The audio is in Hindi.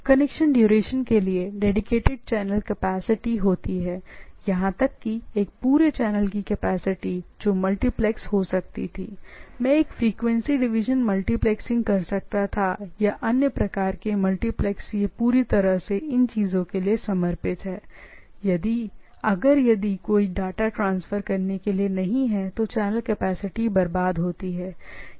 कनेक्शन की ड्यूरेशन के लिए डेडीकेटेड चैनल कैपेसिटी यहां तक कि एक पूरे चैनल की कैपेसिटी जो मल्टीप्लेक्स हो सकती थी ठीक हैमैं एक फ्रीक्वेंसी डिवीजन मल्टीप्लेक्सिंग वगैरह कर सकता था या अन्य प्रकार के मल्टीप्लेक्स यह पूरी तरह से इन चीजों के लिए समर्पित है या यदि कोई डेटा नहीं है तो भी चैनल बर्बाद हो जाता है ठीक है